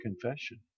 confession